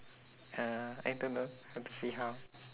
uh I don't know have to see how